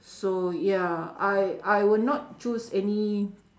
so ya I I would not choose any